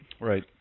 Right